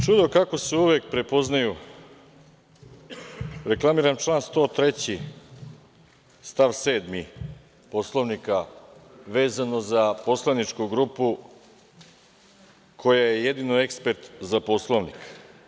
Čudo kako se uvek prepoznaju, reklamiram član 103. stav 7. Poslovnika, vezano za poslaničku grupu koja je jedino ekspert za Poslovnik.